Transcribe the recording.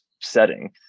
setting